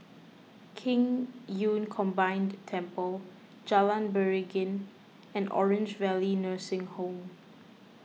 Qing Yun Combined Temple Jalan Beringin and Orange Valley Nursing Home